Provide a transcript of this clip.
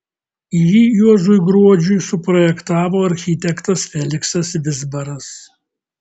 jį juozui gruodžiui suprojektavo architektas feliksas vizbaras